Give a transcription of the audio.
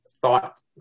thought